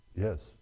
Yes